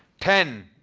ten.